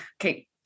okay